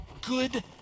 good